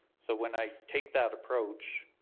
so when i take that approach,